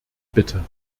bitte